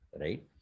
right